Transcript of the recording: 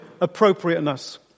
appropriateness